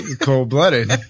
cold-blooded